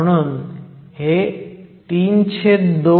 म्हणून हे 32 kT